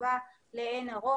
חשובה לאין ערוך,